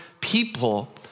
people